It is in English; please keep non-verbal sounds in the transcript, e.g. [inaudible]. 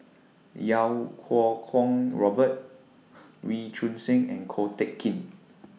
Iau Kuo Kwong Robert [noise] Wee Choon Seng and Ko Teck Kin